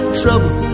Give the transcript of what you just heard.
trouble